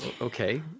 Okay